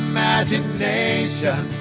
Imagination